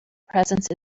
presence